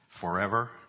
forever